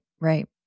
right